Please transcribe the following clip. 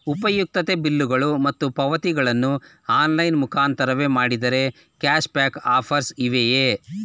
ಉಪಯುಕ್ತತೆ ಬಿಲ್ಲುಗಳು ಮತ್ತು ಪಾವತಿಗಳನ್ನು ಆನ್ಲೈನ್ ಮುಖಾಂತರವೇ ಮಾಡಿದರೆ ಕ್ಯಾಶ್ ಬ್ಯಾಕ್ ಆಫರ್ಸ್ ಇವೆಯೇ?